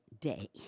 day